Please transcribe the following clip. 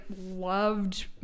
loved